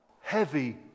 heavy